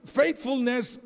faithfulness